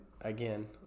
again